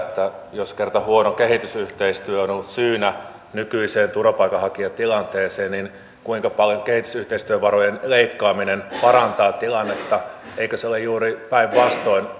jos kerta huono kehitysyhteistyö on ollut syynä nykyiseen turvapaikanhakijatilanteeseen niin kuinka paljon kehitysyhteistyövarojen leikkaaminen parantaa tilannetta eikö se ole juuri päinvastoin